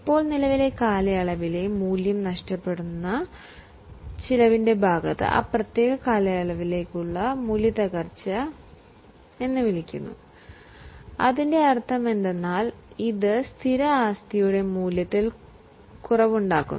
ഇപ്പോൾ നിലവിലെ കാലയളവിലെ മൂല്യം നഷ്ടപ്പെടുന്ന ചിലവിന്റെ ഭാഗത്തെ ആ പ്രത്യേക കാലയളവിലേക്കുള്ള ഡിപ്രീസിയേഷൻ എന്ന് വിളിക്കുന്നു